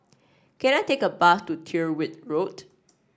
can I take a bus to Tyrwhitt Road